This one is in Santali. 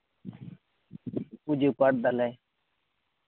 ᱯᱩᱡᱟᱹ ᱯᱟᱴ ᱮᱫᱟᱞᱮ